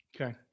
Okay